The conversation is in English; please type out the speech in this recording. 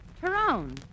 Tyrone